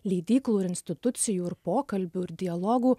leidyklų ir institucijų ir pokalbių ir dialogų